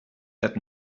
that